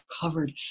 covered